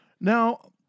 now